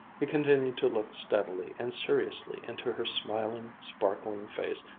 he continued to look steadily and seriously into her smiling, sparkling face,